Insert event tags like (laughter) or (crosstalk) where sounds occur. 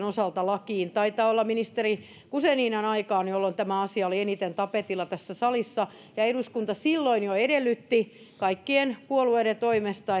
(unintelligible) osalta lakiin taitaa olla ministeri guzeninan aikaan jolloin tämä asia oli eniten tapetilla tässä salissa ja eduskunta silloin jo edellytti kaikkien puolueiden toimesta (unintelligible)